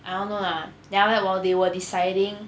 I don't know lah then after that while they were deciding